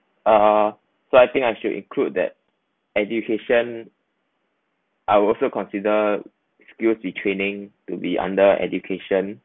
uh so I think I should include that education I would also consider skills be training to be under education